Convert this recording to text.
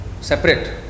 separate